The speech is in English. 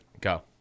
Go